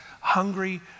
hungry